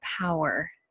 Power